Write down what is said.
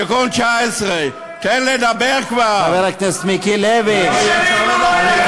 תיקון 19. מה יקרה לבן שלי אם הוא לא ילך